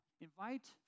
Invite